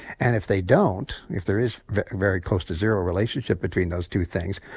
and if they don't, if there is very close to zero relationship between those two things,